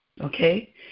okay